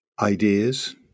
ideas